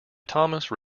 thomson